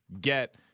get